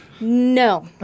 no